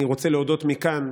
אני רוצה להודות מכאן,